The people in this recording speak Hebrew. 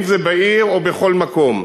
אם בעיר או בכל מקום.